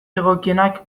egokienak